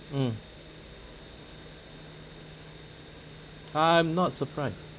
mm I'm not surprised